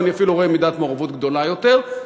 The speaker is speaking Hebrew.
ואני אפילו רואה מידת מעורבות גדולה יותר,